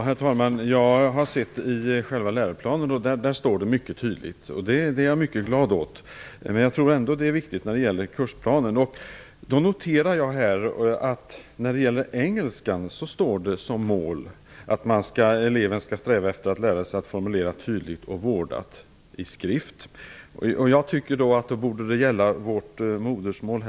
Herr talman! Jag har sett att detta anges mycket tydligt i läroplanen, och det är jag mycket glad åt, men jag tror ändå att det är viktigt att det finns med också i kursplanen. Jag noterar att det när det gäller engelska anges som mål att eleven skall sträva efter att formulera sig tydligt och vårdat i skrift. Jag tycker att detta borde gälla också för vårt modersmål.